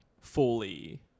fully